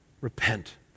Repent